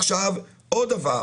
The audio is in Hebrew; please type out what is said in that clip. עכשיו עוד דבר,